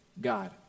God